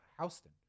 Houston